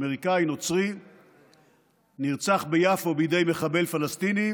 אמריקאי נוצרי נרצח ביפו בידי מחבל פלסטיני